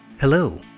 Hello